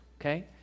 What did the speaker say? okay